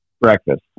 Breakfast